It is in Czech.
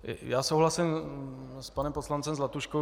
Já souhlasím s panem poslancem Zlatuškou.